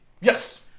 Yes